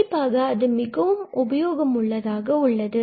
கண்டிப்பாக அது மிகவும் உபயோகம் உள்ளதாக உள்ளது